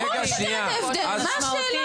ברור שאתה תראה את ההבדל, מה השאלה.